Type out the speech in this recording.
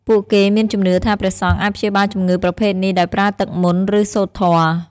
ពួកគេមានជំនឿថាព្រះសង្ឃអាចព្យាបាលជំងឺប្រភេទនេះដោយប្រើទឹកមន្ត ឬសូត្រធម៌។